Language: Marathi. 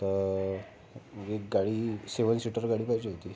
तर एक गाडी सेवन सीटर गाडी पाहिजे होती